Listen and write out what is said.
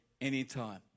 anytime